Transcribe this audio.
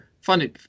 funny